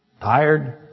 tired